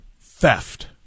theft